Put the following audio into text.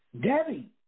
Debbie